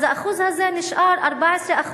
אז האחוז הזה נשאר 14%,